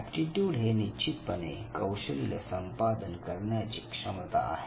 aptitude हे निश्चितपणे कौशल्य संपादन करण्याची क्षमता आहे